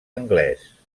anglès